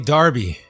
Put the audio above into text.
Darby